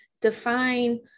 define